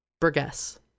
Burgess